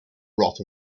wrath